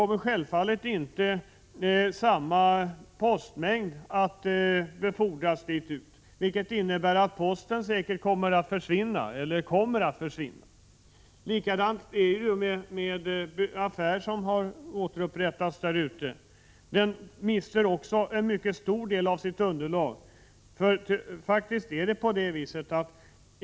Självfallet kommer inte samma postmängd att befordras till Landsort, vilket innebär att posten kommer att försvinna. Likadant är det med den affär som har återuppstått där ute. Den mister också en mycket stor del av sitt underlag.